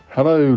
Hello